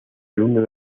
alumno